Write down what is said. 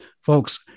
folks